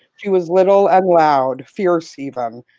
she was little and loud, fierce even.